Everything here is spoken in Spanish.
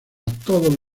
todos